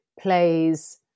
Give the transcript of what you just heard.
plays